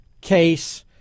case